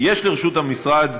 יש לרשות המשרד,